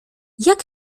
jak